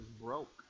broke